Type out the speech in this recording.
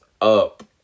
up